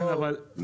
לא,